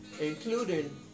including